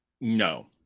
No